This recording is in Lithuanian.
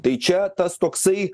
tai čia tas toksai